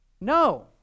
No